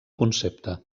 concepte